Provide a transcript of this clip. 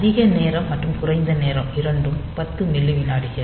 அதிக நேரம் மற்றும் குறைந்த நேரம் இரண்டும் 10 மில்லி விநாடிகள்